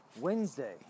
Wednesday